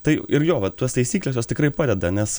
tai ir jo va tuos taisyklės jos tikrai padeda nes